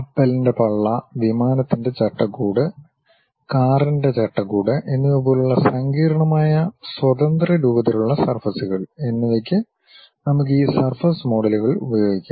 കപ്പലിൻ്റെ പള്ള വിമാനത്തിൻ്റെ ചട്ടക്കൂട് കാറിൻ്റെ ചട്ടക്കൂട് എന്നിവപോലുള്ള സങ്കീർണ്ണമായ സ്വതന്ത്ര രൂപത്തിലുള്ള സർഫസ്കൾ എന്നിവക്ക് നമുക്ക് ഈ സർഫസ് മോഡലുകൾ ഉപയോഗിക്കാം